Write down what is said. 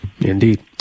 Indeed